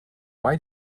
why